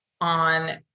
on